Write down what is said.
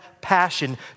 passion